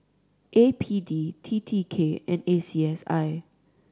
A P D T T K and A C S I